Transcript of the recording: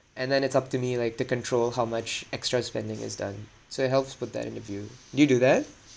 and then it's up to me like to control how much extra spending is done so it helps with that in a view do you do that